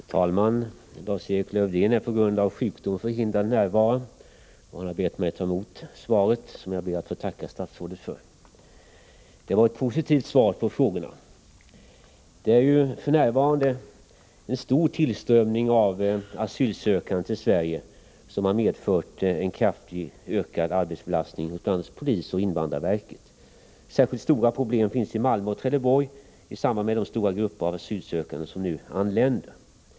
Herr talman! Lars-Erik Lövdén är på grund av sjukdom förhindrad att närvara. Han har bett mig att ta emot svaret, som jag ber att få tacka statsrådet för. Det var ett positivt svar. Den stora tillströmningen av asylsökande till Sverige för närvarande har medfört en kraftigt ökad arbetsbelastning hos bl.a. polis och invandrarverket. Särskilt stora är problemen i Malmö och Trelleborg till följd av de stora grupper av asylsökande som nu anländer.